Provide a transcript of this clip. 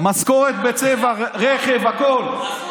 משכורת בצבע, רכב, הכול.